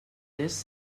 this